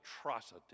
atrocity